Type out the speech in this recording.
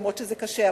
אף-על-פי שזה קשה,